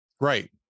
Right